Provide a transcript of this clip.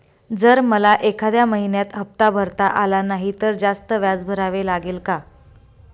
जर मला एखाद्या महिन्यात हफ्ता भरता आला नाही तर जास्त व्याज भरावे लागेल का?